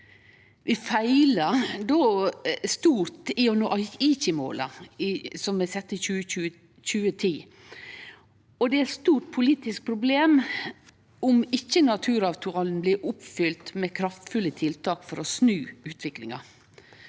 Vi feila stort i å nå Aichi-måla, som blei sette i 2010. Det er eit stort politisk problem om naturavtalen ikkje blir oppfylt med kraftfulle tiltak for å snu utviklinga.